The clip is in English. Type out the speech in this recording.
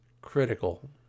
critical